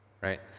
right